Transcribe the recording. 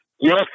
Yes